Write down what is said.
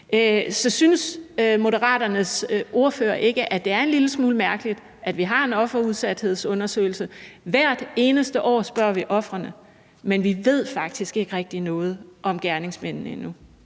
Så synes Moderaternes ordfører ikke, at det er en lille smule mærkeligt, at vi har en offerudsathedsundersøgelse – hvert eneste år spørger vi ofrene – men at vi faktisk ikke rigtig ved noget om gerningsmændene endnu?